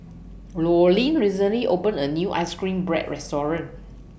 Loreen recently opened A New Ice Cream Bread Restaurant